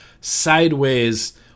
sideways